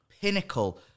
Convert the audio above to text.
pinnacle